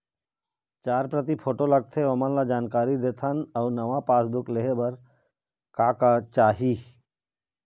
चार प्रति फोटो लगथे ओमन ला जानकारी देथन अऊ नावा पासबुक लेहे बार का का चाही?